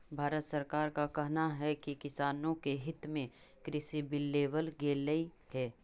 भारत सरकार का कहना है कि किसानों के हित में कृषि बिल लेवल गेलई हे